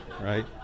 right